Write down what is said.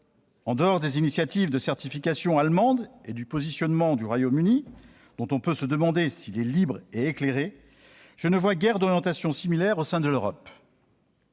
En dehors des initiatives de certification allemande et du positionnement du Royaume-Uni, dont on peut se demander s'il est libre et éclairé, je ne vois guère d'orientation similaire au sein de l'Europe.